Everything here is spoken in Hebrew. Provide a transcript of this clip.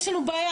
יש לנו בעיה,